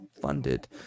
funded